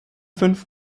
fünf